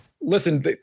listen